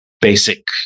basic